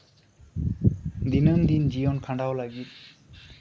ᱫᱤᱱᱟᱹᱢ ᱫᱤᱱ ᱡᱤᱭᱚᱱ ᱠᱷᱟᱸᱰᱟᱣ ᱞᱟᱹᱜᱤᱫ